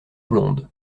blondes